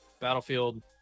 Battlefield